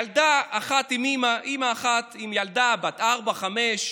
ילדה אחת עם אימא, אימא אחת עם ילדה בת ארבע-חמש,